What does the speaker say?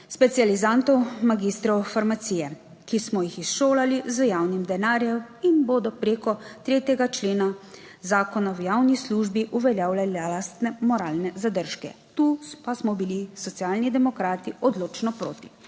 specializantov, magistrov farmacije, ki smo jih izšolali z javnim denarjem in bodo preko 3. člena zakona o javni službi uveljavljali lastne moralne zadržke. Tu pa smo bili Socialni demokrati odločno proti.